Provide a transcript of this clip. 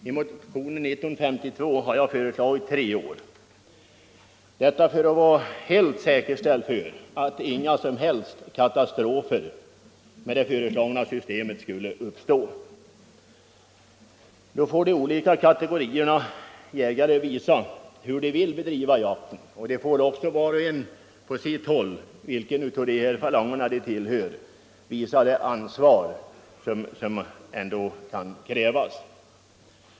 I motionen 1952 har jag föreslagit tre år — detta för att vara helt säkerställd på att inga som helst katastrofer med det föreslagna systemet skall kunna uppstå. Då får de olika kategorierna jägare visa hur de vill bedriva jakten. De måste var och en på sitt håll, vilken av falangerna de nu tillhör, visa det ansvar som ändå kan krävas.